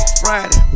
Friday